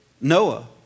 Noah